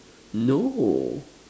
no